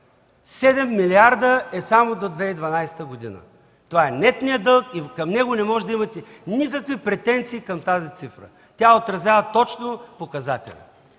7 милиарда е само за 2012 г. Това е нетният дълг и към него не може да имате никакви претенции към тази цифра. Тя отразява точно показателите.